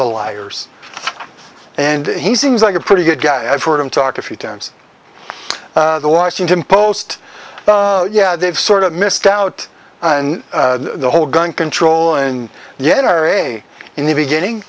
the liars and he seems like a pretty good guy i've heard him talk a few times the washington post yeah they've sort of missed out on the whole gun control and yet our way in the beginning